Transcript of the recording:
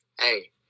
Hey